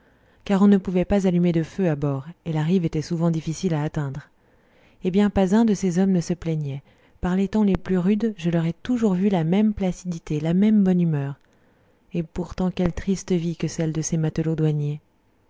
car on ne pouvait pas allumer de feu à bord et la rive était souvent difficile à atteindre eh bien pas un de ces hommes ne se plaignait par les temps les plus rudes je leur ai toujours vu la même placidité la même bonne humeur et pourtant quelle triste vie que celle de ces matelots douaniers